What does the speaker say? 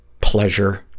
pleasure